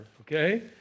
okay